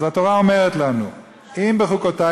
אז התורה אומרת לנו: "אם בחקתי,